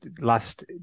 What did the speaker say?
last